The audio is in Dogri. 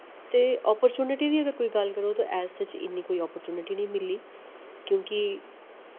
ते अपरचुनटी दी अगर कोई गल्ल करो ते ऐज़ सच इ'न्नी कोई अपरचुनटी नी मिली क्योंकि